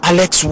Alex